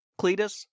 Cletus